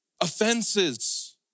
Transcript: offenses